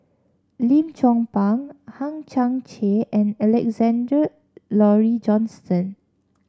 Lim Chong Pang Hang Chang Chieh and Alexander Laurie Johnston